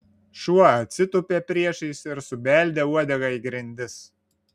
šuo atsitūpė priešais ir subeldė uodega į grindis